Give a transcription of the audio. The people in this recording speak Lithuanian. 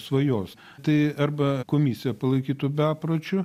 svajos tai arba komisija palaikytų bepročiu